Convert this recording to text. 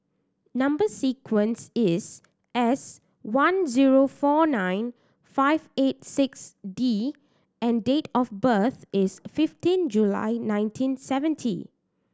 number sequence is S one zero four nine five eight six D and date of birth is fifteen July nineteen seventy